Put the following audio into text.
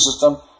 system